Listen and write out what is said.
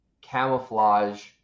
camouflage